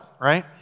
right